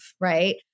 right